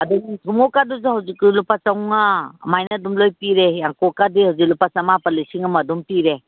ꯑꯗꯒꯤ ꯊꯨꯝꯃꯣꯛꯀꯗꯨꯁꯨ ꯍꯧꯖꯤꯛꯇꯤ ꯂꯨꯄꯥ ꯆꯥꯝꯃꯉꯥ ꯑꯗꯨꯃꯥꯏꯅ ꯑꯗꯨꯝ ꯂꯣꯏꯅ ꯄꯤꯔꯦ ꯌꯥꯡꯀꯣꯛꯀꯗꯤ ꯍꯧꯖꯤꯛ ꯂꯨꯄꯥ ꯆꯥꯝꯃꯥꯄꯜ ꯂꯤꯁꯤꯡ ꯑꯃ ꯑꯗꯨꯝ ꯄꯤꯔꯦ